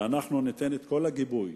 ואנחנו ניתן את כל הגיבוי